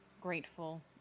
grateful